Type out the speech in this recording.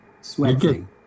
sweating